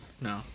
No